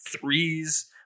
threes